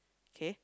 okay